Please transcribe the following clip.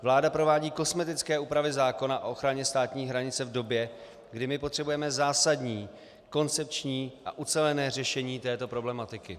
Vláda provádí kosmetické úpravy zákona o ochraně státní hranice v době, kdy my potřebujeme zásadní koncepční a ucelené řešení této problematiky.